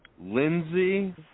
Lindsay